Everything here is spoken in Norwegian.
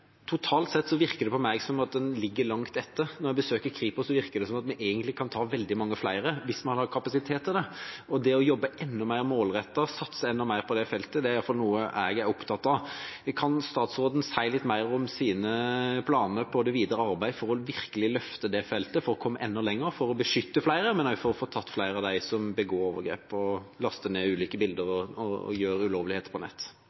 totalt sett virker det på meg som at man ligger langt etter. Når jeg besøker Kripos, virker det som om vi egentlig kunne tatt veldig mange flere hvis vi hadde hatt kapasitet til det. Og det å jobbe enda mer målrettet og satse enda mer på det feltet er noe som i alle fall jeg er opptatt av. Kan statsråden si litt mer om sine planer for det videre arbeidet for virkelig å løfte det feltet og komme enda lenger, både for å beskytte flere og for å få tatt flere av dem som begår overgrep, laster ned ulike bilder og gjør ulovligheter på